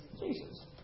Jesus